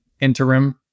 interim